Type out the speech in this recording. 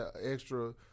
extra